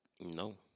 No